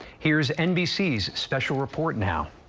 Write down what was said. here's nbc's special report now.